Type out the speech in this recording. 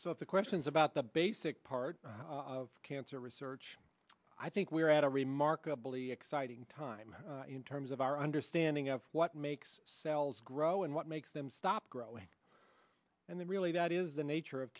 so the questions about the basic part of cancer research i think we're at a remarkably exciting time in terms of our understanding of what makes cells grow and what makes them stop growing and then really that is the nature of